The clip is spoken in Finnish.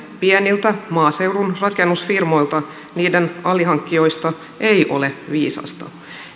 pieniltä maaseudun rakennusfirmoilta niiden alihankkijoista ei ole viisasta